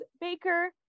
Baker